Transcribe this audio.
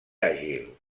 àgil